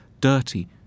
dirty